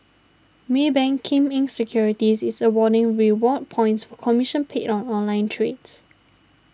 Maybank Kim Eng Securities is awarding reward points commission paid on online trades